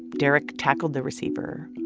derek tackled the receiver,